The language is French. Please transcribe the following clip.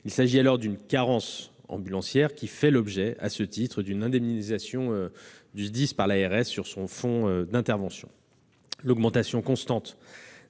Il s'agit alors d'une carence ambulancière, qui fait l'objet d'une indemnisation du SDIS par l'ARS sur son fonds d'intervention.